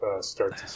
start